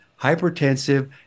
hypertensive